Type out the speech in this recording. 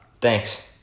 Thanks